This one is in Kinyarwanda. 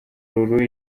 lulu